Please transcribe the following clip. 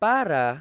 Para